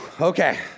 Okay